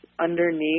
underneath